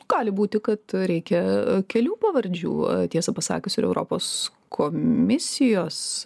gali būti kad reikia kelių pavardžių tiesą pasakius ir europos komisijos